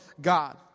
God